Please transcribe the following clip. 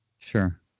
Sure